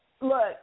look